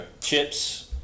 chips